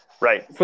Right